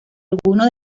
alguno